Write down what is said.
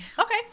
Okay